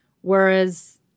whereas